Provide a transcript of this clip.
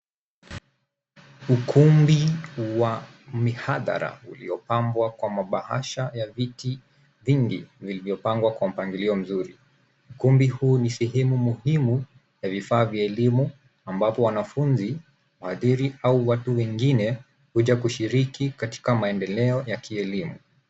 Ukumbi wa mihadhara uliopambwa kwa mabahasha ya viti vingi vilivyopangwa kwa mpangilio mzuri. Kumbi huu ni sehemu muhimu ya vifaa vya elimu ambapo wanafunzi, wahadhiri au watu wengine huja kushiriki katika maendeleo ya kielimu.